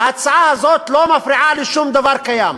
ההצעה הזאת לא מפריעה לשום דבר קיים,